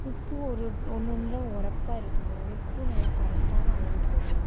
உப்பும் ஒரு ஒன்று ஒன்றுல உரப்பா இருக்குங்க உப்பும் நல்லா கரெக்டான அளவு போடுங்கள்